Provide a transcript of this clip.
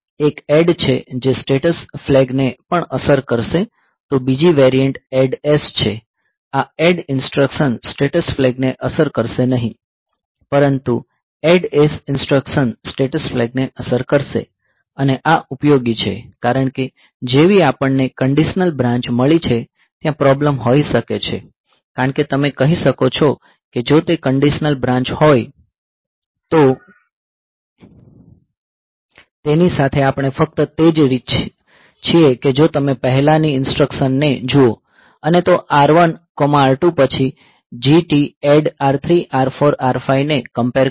એક એડ છે જે સ્ટેટસ ફ્લેગ ને પણ અસર કરશે તો બીજી વેરિઅન્ટ ADD S છે આ ADD ઇન્સટ્રકશન સ્ટેટસ ફ્લેગને અસર કરશે નહીં પરંતુ ADD S ઇન્સટ્રકશન સ્ટેટસ ફ્લેગને અસર કરશે અને આ ઉપયોગી છે કારણ કે જેવી આપણને કંડીશનલ બ્રાન્ચ મળી છે ત્યાં પ્રોબ્લેમ હોઈ શકે છે કારણ કે તમે કહી શકો છો કે જો તે કંડીશનલ બ્રાન્ચ હોય તો તેની સાથે આપણે ફક્ત તે જ છીએ કે જો તમે પહેલા ની ઇન્સટ્રકશન ને જુઓ અને તો R1R2 પછી GTADD R3R4R5 ને કંપેર કરો